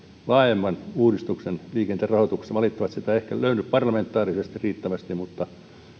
laajemman uudistuksen liikenteen rahoitukseen valitettavasti sitä ei ehkä löydy parlamentaarisesti riittävästi mutta